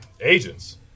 Agents